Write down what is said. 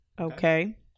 Okay